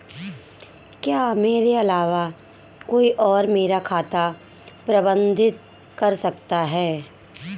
क्या मेरे अलावा कोई और मेरा खाता प्रबंधित कर सकता है?